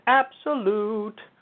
absolute